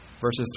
Verses